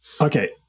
Okay